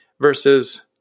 versus